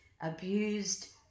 abused